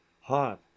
hot